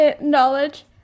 knowledge